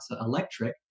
electric